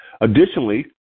Additionally